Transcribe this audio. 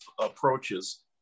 approaches